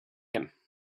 him